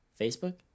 Facebook